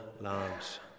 lands